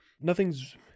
Nothing's